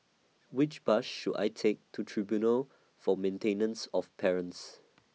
Which Bus should I Take to Tribunal For Maintenance of Parents